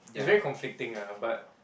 it's very conflicting lah but